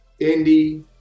indie